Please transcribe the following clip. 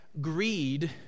Greed